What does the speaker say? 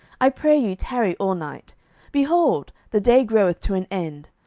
i pray you tarry all night behold, the day groweth to an end,